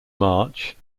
march